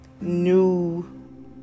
new